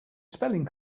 spelling